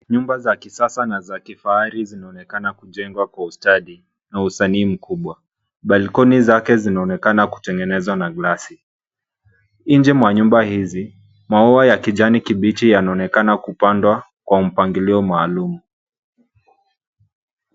Nyumba za kisasa na za kifahari zinaonekana kujengwa kwa ustadi na usanii mkubwa. Balkoni zake zinaonekana kutengenezwa na glasi. Nje mwa nyumba hizi maua ya kijani kibichi yanaonekana kupandwa kwa mpangilio maalum.